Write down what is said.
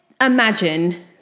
imagine